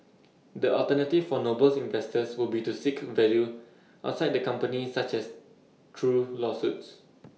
the alternative for Noble's investors would be to seek value outside the company such as through lawsuits